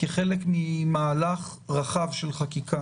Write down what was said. כחלק ממהלך רחב של חקיקה.